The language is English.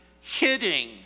hitting